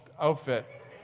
outfit